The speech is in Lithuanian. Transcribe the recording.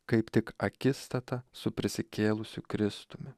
kaip tik akistata su prisikėlusiu kristumi